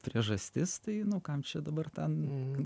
priežastis tai nu kam čia dabar ten